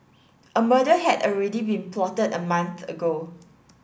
a murder had already been plotted a month ago